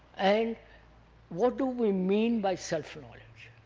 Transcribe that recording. and what do we mean by self-knowledge?